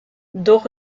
doch